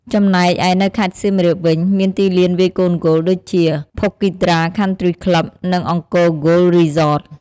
ចំណែកឯនៅខេត្តសៀមរាបវិញ មានទីលានវាយកូនហ្គោល ដូចជា Phokeethra Country Club និង Angkor Golf Resort។